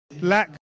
lack